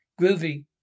Groovy